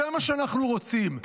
זה מה שאנחנו רוצים.